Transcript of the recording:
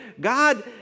God